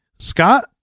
Scott